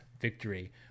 victory